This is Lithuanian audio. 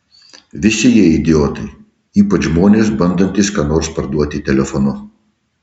visi jie idiotai ypač žmonės bandantys ką nors parduoti telefonu